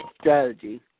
strategy